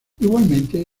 igualmente